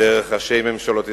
דרך ראשי ממשלות ישראל,